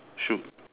shoot